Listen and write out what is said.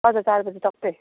हजुर चार बजी टक्कै